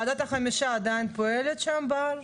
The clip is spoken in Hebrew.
ועדת החמישה עדיין פועלת בהר?